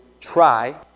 try